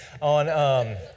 on